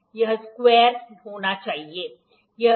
यह स्क्वायर होना चाहिए